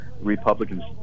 Republicans